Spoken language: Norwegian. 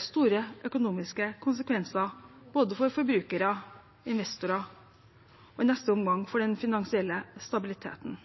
store økonomiske konsekvenser for både forbrukere og investorer – og i neste omgang for den finansielle stabiliteten.